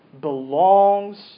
belongs